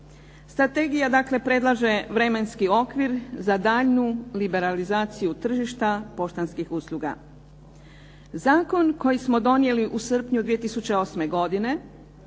Strategija predlaže vremenski okvir za daljnju liberalizaciju tržišta poštanskih usluga. Zakon koji smo donijeli u srpnju 2008. godine